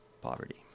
Poverty